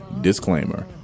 Disclaimer